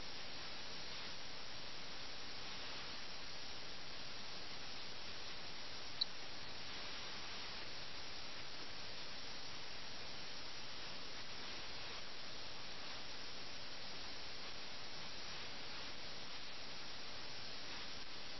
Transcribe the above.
അതുകൊണ്ട് കഥയിൽ സംഭവിക്കുന്ന പ്രതിസന്ധിയെക്കുറിച്ച് ചിന്തിക്കുന്നതിന് മുമ്പ് ഈ കഥയുടെ രണ്ട് രംഗങ്ങളും രണ്ട് ഘട്ടങ്ങളും നാം ഓർക്കേണ്ടതുണ്ട്